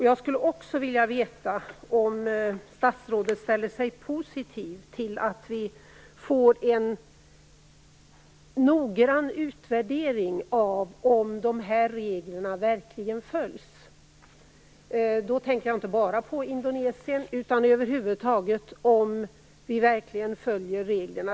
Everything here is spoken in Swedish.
Jag skulle också vilja veta om statsrådet ställer sig positiv till att vi får en noggrann utvärdering av om de här reglerna verkligen följs. Då tänker jag inte bara på Indonesien, utan om vi över huvud taget följer reglerna.